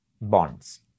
bonds